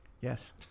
Yes